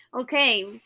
okay